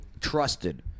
trusted